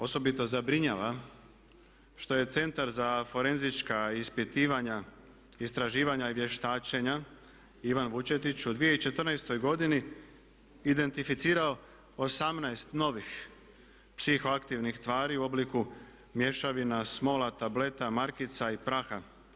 Osobito zabrinjava što je centar za forenzička ispitivanja, istraživanja i vještačenja Ivan Vučetić u 2014. godini identificirao 8 novih psihoaktivnih tvari u obliku mješavina, smola, tableta, markica i praha.